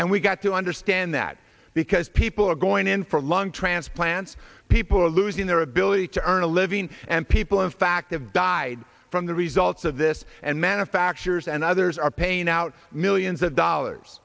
and we've got to understand that because people are going in for lung transplants people are losing their ability to earn a living and people in fact have died from the results of this and manufacturers and others are paying out millions of dollars